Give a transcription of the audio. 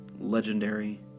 legendary